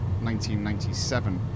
1997